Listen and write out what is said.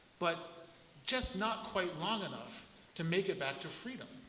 but just not quite long enough to make it back to freedom.